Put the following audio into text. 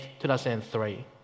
2003